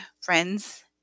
friends